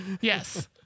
Yes